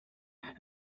and